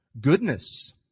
Goodness